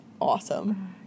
awesome